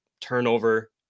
turnover